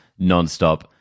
nonstop